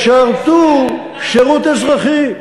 ישרתו שירות אזרחי,